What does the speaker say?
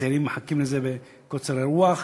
הצעירים מחכים לזה בקוצר רוח.